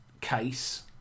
case